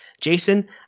jason